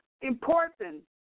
important